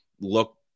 look